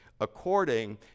according